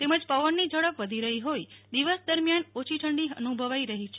તેમજ પવનની ઝડપ વધી રહી હોઈ દિવસ દરમિયાન ઓછી ઠંડી અનુભવી રહી છે